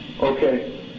Okay